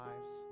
lives